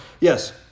yes